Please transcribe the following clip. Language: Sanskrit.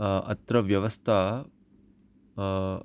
अत्र व्यवस्ता